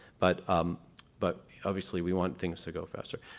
but um but obviously we want things to go faster.